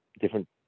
different